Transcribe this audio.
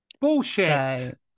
Bullshit